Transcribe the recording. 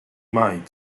made